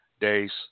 days